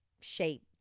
shape